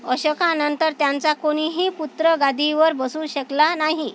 अशोका नंतर त्याचा कोणीही पुत्र गादीवर बसू शकला नाही